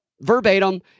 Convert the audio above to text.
verbatim